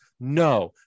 No